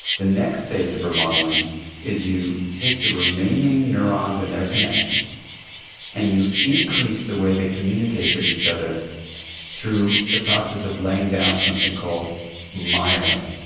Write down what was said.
the next phase of remodelling is you take the remaining neurons and their connections and you increase the way they communicate with each other through the process of laying down something called myelin.